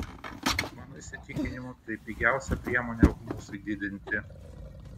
mano įsitikinimu tai pigiausia priemonė humusui didinti